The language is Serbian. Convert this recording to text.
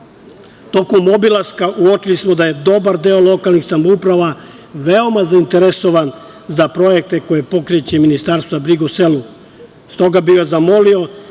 obilaska uočili smo da je dobar deo lokalnih samouprava veoma zainteresovan za projekte koje pokreće Ministarstvo za brigu o selu, s toga bih vas zamolio